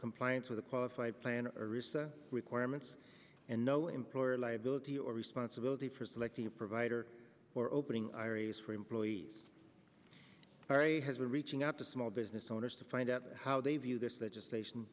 compliance with a qualified plan requirements and no employer liability or responsibility for selecting a provider or opening iris for employees has been reaching out to small business owners to find out how they view this legislation